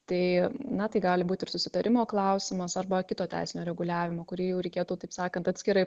tai na tai gali būt ir susitarimo klausimas arba kito teisinio reguliavimo kurį jau reikėtų taip sakant atskirai